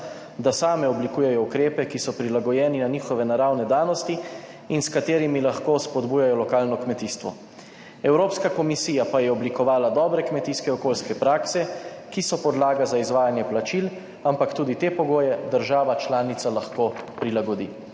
da same oblikujejo ukrepe, ki so prilagojeni na njihove naravne danosti in s katerimi lahko spodbujajo lokalno kmetijstvo. Evropska komisija pa je oblikovala dobre kmetijske okoljske prakse, ki so podlaga za izvajanje plačil, ampak tudi te pogoje država članica lahko prilagodi.